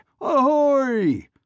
Ahoy